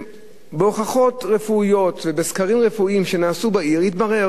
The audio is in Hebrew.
ובהוכחות רפואיות ובסקרים רפואיים שנעשו בעיר התברר